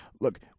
Look